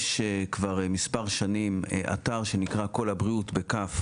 כבר מספר שנים יש אתר שנקרא כל הבריאות ב-כ',